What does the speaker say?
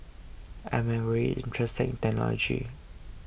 I'm very interested in technology